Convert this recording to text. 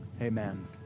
Amen